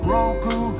Roku